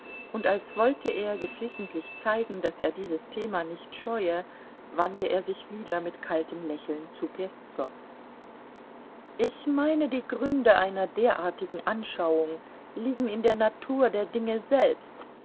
und als wollte er geflissentlich zeigen daß er dieses thema nicht scheue wandte er sich wieder mit kaltem lächeln zu peszow ich meine die gründe einer derartigen anschauung liegen in der natur der dinge selbst